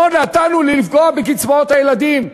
לא נתנו לפגוע בקצבאות הילדים.